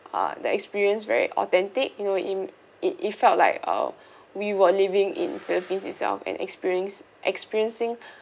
uh the experience very authentic you know in it it felt like uh we were living in phillipines itself and experien~ experiencing